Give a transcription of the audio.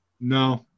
No